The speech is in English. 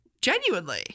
Genuinely